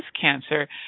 cancer